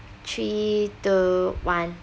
three two one